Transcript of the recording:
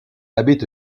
habite